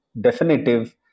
definitive